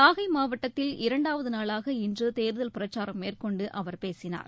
நாகை மாவட்டத்தில் இரண்டாவது நாளாக இன்று தேர்தல் பிரச்சாரம் மேற்கொண்டு அவர் பேசினார்